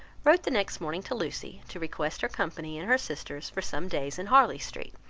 wrote the next morning to lucy, to request her company and her sister's, for some days, in harley street,